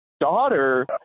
daughter